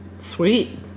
Sweet